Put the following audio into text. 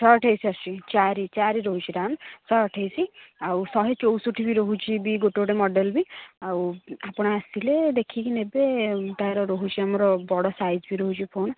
ଶହେ ଅଠେଇଶ ଆସୁଛି ଚାରି ଚାରି ରହୁଛି ରାମ୍ ଶହେ ଅଠେଇଶ ଆଉ ଶହେ ଚଉଷଠି ବି ରହୁଛି ଗୋଟେ ଗୋଟେ ମଡ଼େଲ୍ ବି ଆଉ ଆପଣ ଆସିଲେ ଦେଖିକି ନେବେ ଆଉ ତା'ର ରହୁଛି ଆମର ବଡ଼ ସାଇଜ୍ ବି ରହୁଛି ଫୋନ୍